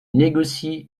négocie